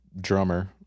drummer